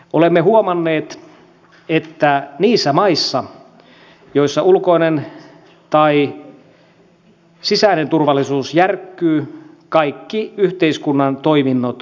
olemme huomanneet että niissä maissa joissa ulkoinen tai sisäinen turvallisuus järkkyy kaikki yhteiskunnan toiminnot kriisiytyvät